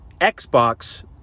Xbox